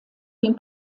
dem